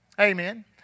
Amen